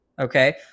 Okay